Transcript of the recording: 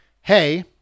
hey